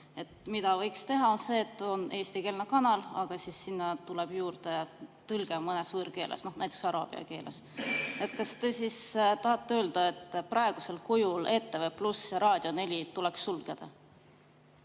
Mida võiks teha, on see, et on eestikeelne kanal, aga sinna tuleb juurde tõlge mõnes võõrkeeles, näiteks araabia keeles. Kas te siis tahate öelda, et praegusel kujul ETV+ ja Raadio 4 tuleks sulgeda?